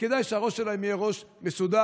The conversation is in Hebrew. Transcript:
וכדאי שהראש שלהם יהיה ראש מסודר,